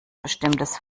bestimmtes